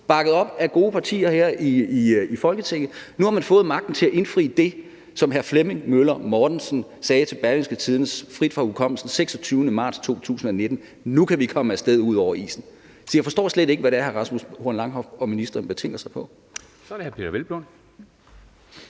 bakket op af gode partier her i Folketinget, ikke? Nu har man fået magten til at indfri det, som hr. Flemming Møller Mortensen sagde til Berlingske – frit fra hukommelsen – den 26. marts 2019. Nu kan vi komme af sted ud over isen. Så jeg forstår slet ikke, hvad det er, hr. Rasmus Horn Langhoff og ministeren betænker sig på. Kl. 10:32 Formanden